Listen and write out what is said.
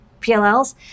PLLs